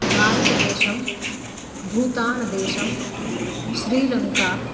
भारतदेशं भूतान देशं श्रीलङ्का